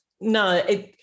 no